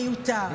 מיותר.